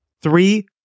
Three